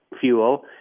fuel